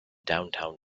downtown